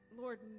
Lord